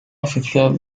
oficial